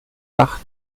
dach